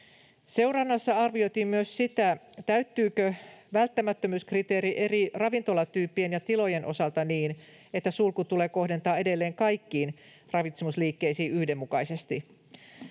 Seurannassa arvioitiin myös sitä, täyttyykö välttämättömyyskriteeri eri ravintolatyyppien ja tilojen osalta niin, että sulku tulee kohdentaa edelleen kaikkiin ravitsemusliikkeisiin yhdenmukaisesti.